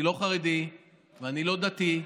אני לא חרדי ואני לא דתי,